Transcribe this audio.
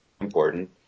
important